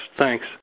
Thanks